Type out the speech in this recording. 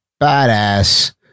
badass